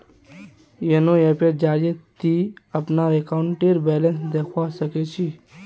YONO ऐपेर जरिए ती अपनार अकाउंटेर बैलेंस देखवा सख छि